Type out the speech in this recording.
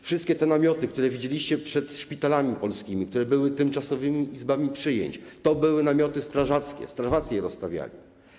Wszystkie te namioty, które widzieliście przed polskimi szpitalami, które były tymczasowymi izbami przyjęć, to były namioty strażackie, strażacy je rozstawiali.